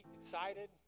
excited